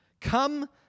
Come